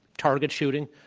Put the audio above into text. target shooting,